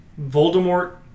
Voldemort